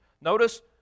Notice